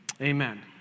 amen